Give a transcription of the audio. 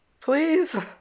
please